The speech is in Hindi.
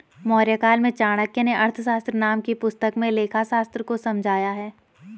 मौर्यकाल में चाणक्य नें अर्थशास्त्र नाम की पुस्तक में लेखाशास्त्र को समझाया है